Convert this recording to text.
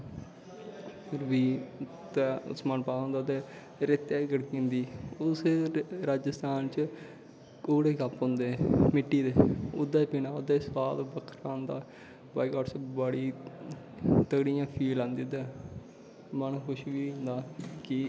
होर बी ते समान पादा होंदा रेतै च गड़की जंदी उस राजस्तान च कौड़े कप होंदे मिट्टी दे ओह्दै च पीना ओह्दै च सोआद बक्खरा ओंदा बाई गाड बड़ी फील आंदी उंदी माह्नू खुश बी होई जंदा कि